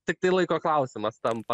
tiktai laiko klausimas tampa